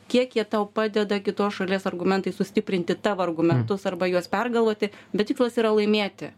kiek jie tau padeda kitos šalies argumentai sustiprinti tavo argumentus arba juos pergalvoti bet tikslas yra laimėti